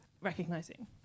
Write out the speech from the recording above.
recognizing